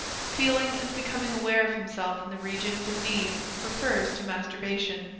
feeling and becoming aware of himself in the region of his knees refers to masturbation,